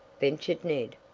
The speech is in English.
ventured ned.